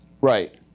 Right